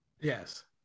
Yes